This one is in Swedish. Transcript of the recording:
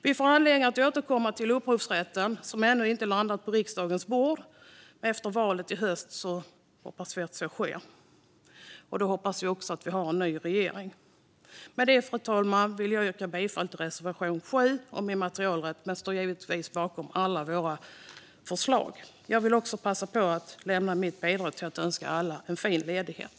Vi får anledning att återkomma till upphovsrätten, som ännu inte landat på riksdagens bord. Efter valet i höst hoppas vi att så sker. Då hoppas vi också att vi har en ny regering. Med det, fru talman, vill jag yrka bifall till reservation 7 om immaterialrätt. Men jag står givetvis bakom alla våra förslag. Jag vill också passa på att lämna mitt bidrag till att önska alla en fin ledighet.